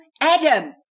Adam